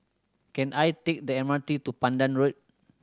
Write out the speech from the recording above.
can I take the M R T to Pandan Road